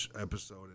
episode